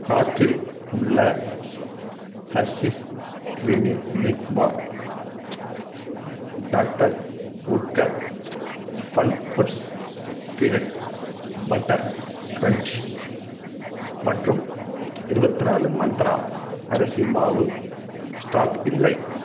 கார்ட்டில் உள்ள Hershey's creamy milk bar doctor Oetker fun foods peanut butter crunch மற்றும் இருபத்நாலு மந்த்ரா அரிசி மாவு ஸ்டாக் இல்லை